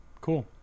cool